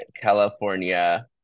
California